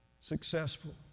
successful